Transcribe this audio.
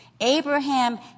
Abraham